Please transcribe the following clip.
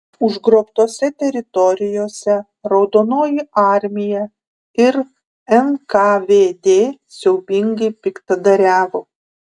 užgrobtose teritorijose raudonoji armija ir nkvd siaubingai piktadariavo